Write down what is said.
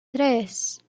tres